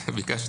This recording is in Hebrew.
ברור.